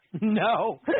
no